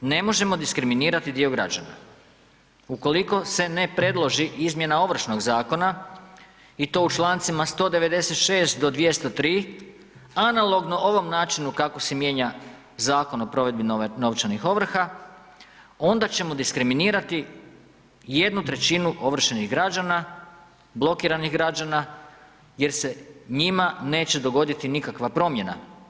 Ne možemo diskriminirati dio građana, ukoliko se ne predloži izmjena Ovršnog zakona i to u čl. 196. do 203. analogno ovom načinu kako se mijenja Zakon o provedbi novčanih ovrha onda ćemo diskriminirati jednu trećinu ovršenih građana, blokiranih građana jer se njima neće dogoditi nikakva promjena.